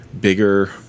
bigger